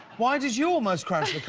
why did you almost crash the car.